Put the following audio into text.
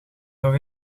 nog